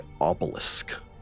obelisk